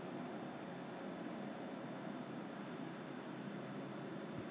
and the and and the freight forwarding cost is free freight forwarding cost is from 中中国